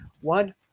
one